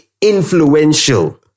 influential